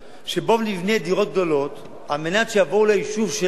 היא שבואו נבנה דירות גדולות על מנת שיבואו ליישוב שלנו,